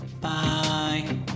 Bye